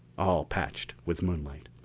all patched with moonlight.